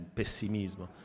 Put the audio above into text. pessimismo